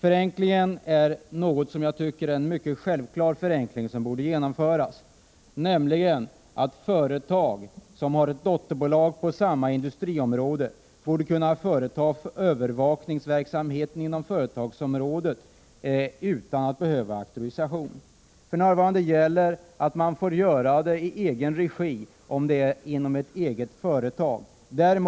I motionen föreslås en självklar förenkling, som jag tycker borde genomföras, nämligen att företag som har ett dotterbolag på sitt industriområde skulle få sköta övervakningsverksamheten inom företagsområdet utan att behöva auktorisation. För närvarande gäller att man får bedriva övervakningsverksamheten inom det egna företaget i egen regi.